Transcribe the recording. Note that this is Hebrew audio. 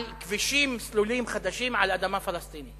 על כבישים סלולים חדשים, על אדמה פלסטינית.